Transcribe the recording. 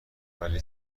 ولی